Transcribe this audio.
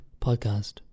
podcast